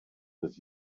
with